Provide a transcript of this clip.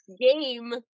game